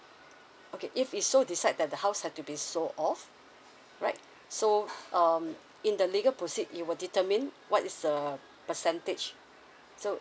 okay if it sole decide that the house had to be sold off right so um in the legal proceed you will determine what is the percentage so